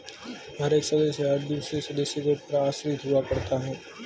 हर एक सदस्य हर दूसरे सदस्य के ऊपर आश्रित हुआ करता है